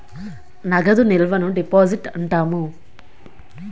నగదు నిల్వను డిపాజిట్ అంటాము